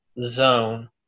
zone